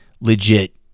legit